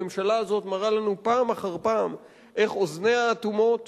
הממשלה הזאת מראה לנו פעם אחר פעם איך אוזניה אטומות